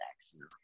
sex